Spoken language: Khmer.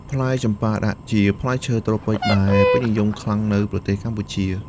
ផ្លែចម្ប៉ាដាក់ជាផ្លែឈើត្រូពិចដែលពេញនិយមខ្លាំងនៅប្រទេសកម្ពុជា។